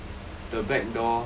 the back door